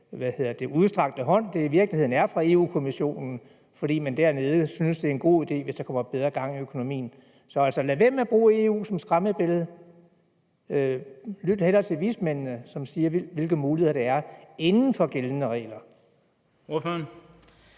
den udstrakte hånd, der i virkeligheden er fra Europa-Kommissionens side, fordi man dernede synes, at det er en god idé, hvis der kommer mere gang i økonomien. Så lad være med at bruge EU som skræmmebillede. Lyt hellere til vismændene, som fortæller, hvilke muligheder der er inden for de gældende regler.